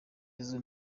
yezu